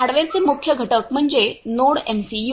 हार्डवेअरचे मुख्य घटक म्हणजे नोडएमसीयू